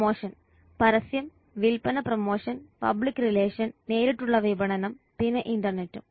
promotion പരസ്യം വില്പന promotion public relation നേരിട്ടുള്ള വിപണനം പിന്നെ ഇന്റർനെറ്റും